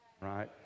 right